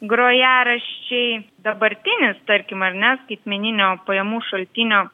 grojaraščiai dabartinis tarkim ar ne skaitmeninio pajamų šaltinio